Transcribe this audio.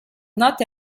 not